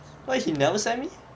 why he never send me